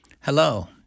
Hello